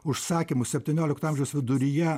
užsakymu septyniolikto amžiaus viduryje